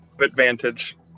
Advantage